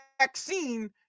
vaccine